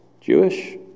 Jewish